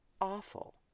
awful